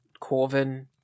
Corvin